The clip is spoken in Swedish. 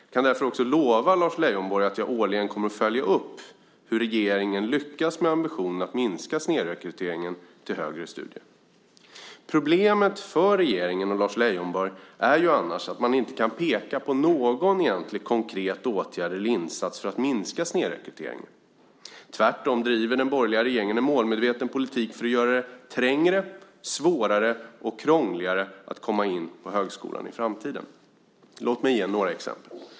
Jag kan därför också lova Lars Leijonborg att jag årligen kommer att följa upp hur regeringen lyckas med ambitionen att minska snedrekryteringen till högre studier. Problemet för regeringen och Lars Leijonborg är ju annars att man inte kan peka på någon egentlig konkret åtgärd eller insats för att minska snedrekryteringen. Tvärtom driver den borgerliga regeringen en målmedveten politik för att göra det trängre, svårare och krångligare att komma in på högskolan i framtiden. Låt mig ge några exempel.